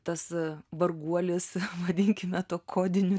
tas varguolis vadinkime tuo kodiniu